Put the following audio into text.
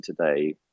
today